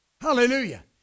Hallelujah